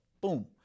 boom